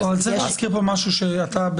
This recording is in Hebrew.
צריך להזכיר פה משהו שאתה,